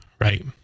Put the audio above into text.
right